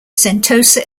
sentosa